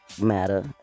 matter